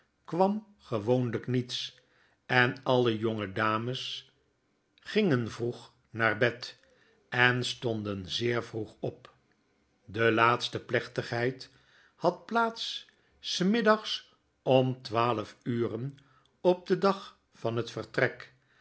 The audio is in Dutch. kwam gewoonlijk niets en alle jonge dames gingen vroeg naar bed en stonden zeer vroeg op de laatste plechtigheid had plaats s middags om twaalf uren op den dag van het vertrek